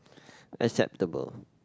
acceptable